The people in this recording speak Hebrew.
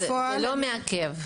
זה לא מעכב?